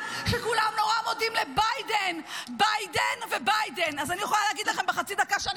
הכנסת ביאליק --- אני מבקשת עוד חצי דקה.